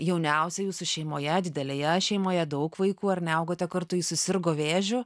jauniausia jūsų šeimoje didelėje šeimoje daug vaikų ar ne augote kartu ji susirgo vėžiu